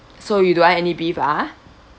so you don't want any beef ah